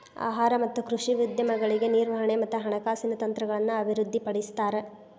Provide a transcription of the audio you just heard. ಆಹಾರ ಮತ್ತ ಕೃಷಿ ಉದ್ಯಮಗಳಿಗೆ ನಿರ್ವಹಣೆ ಮತ್ತ ಹಣಕಾಸಿನ ತಂತ್ರಗಳನ್ನ ಅಭಿವೃದ್ಧಿಪಡಿಸ್ತಾರ